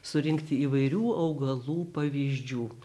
surinkti įvairių augalų pavyzdžių